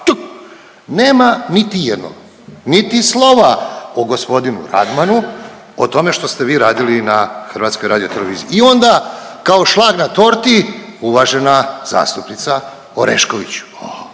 nema niti jednoga, niti slova o g. Radmanu, o tome što ste vi radili na HRT-u i onda kao šlag na torti uvažena zastupnica Orešković